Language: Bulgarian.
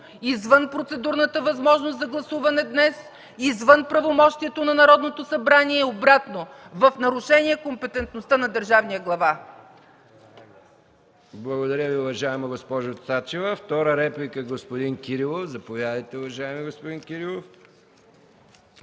извън процедурната възможност за гласуване днес, извън правомощието на Народното събрание, а обратно, в нарушение компетентността на държавния глава.